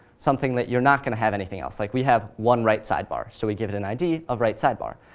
something that you're not going to have anything else, like we have one right sidebar. so we give it an id of right sidebar.